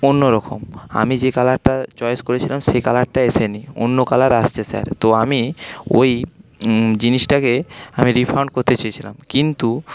অন্যরকম আমি যে কালারটা চয়েজ করেছিলাম সেই কালারটা আসেনি অন্য কালার এসেছে স্যার তো আমি ওই জিনিসটাকে আমি রিফান্ড করতে চেয়েছিলাম কিন্তু